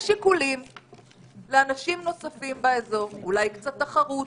יש שיקולים לאנשים נוספים באזור, אולי קצת תחרות,